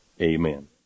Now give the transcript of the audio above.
Amen